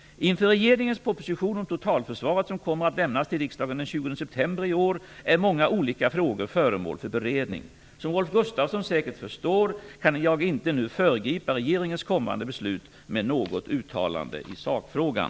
Inför regeringens proposition om totalförsvaret, som kommer att lämnas till riksdagen den 20 september i år, är många olika frågor föremål för beredning. Som Rolf Gunnarsson säkert förstår kan jag inte nu föregripa regeringens kommande beslut med något uttalande i sakfrågan.